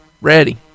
ready